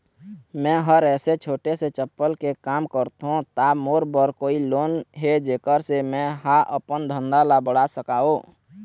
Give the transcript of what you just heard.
मैं हर ऐसे छोटे से चप्पल के काम करथों ता मोर बर कोई लोन हे जेकर से मैं हा अपन धंधा ला बढ़ा सकाओ?